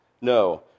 No